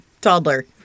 toddler